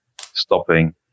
stopping